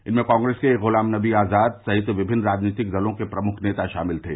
इनमें कांग्रेस के गुलाम नबी आजाद सहित विभिन्न राजनीतिक दलोंके प्रमुख नेता शामिल थे